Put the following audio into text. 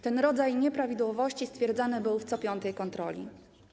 Ten rodzaj nieprawidłowości stwierdzany był w co piątej kontroli.